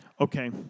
Okay